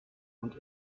und